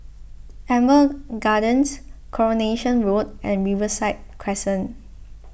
Amber Gardens Coronation Road and Riverside Crescent